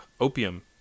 opium